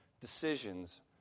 decisions